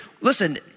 listen